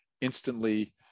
instantly